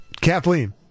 Kathleen